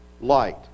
light